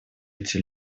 эти